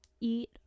eat